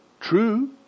True